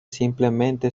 simplemente